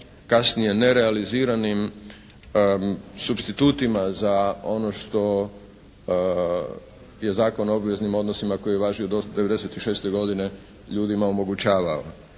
kasnije nerealiziranim supstitutima za ono što je Zakon o obveznim odnosima koji važi od '96. godine ljudima omogućavao.